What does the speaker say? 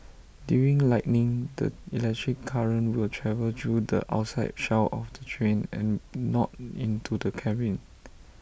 during lightning the electric current will travel through the outside shell of the train and not into the cabin